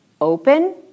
open